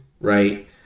right